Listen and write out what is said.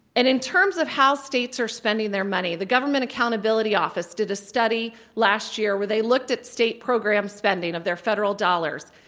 and in terms of how states are spending their money, the government accountability office did a study last year, where they looked at state program spending of their federal dollars.